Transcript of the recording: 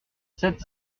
sept